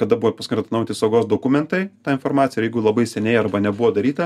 kada buvo paskutinį kartą atnaujinti saugos dokumentai ta informacija ir jeigu labai seniai arba nebuvo daryta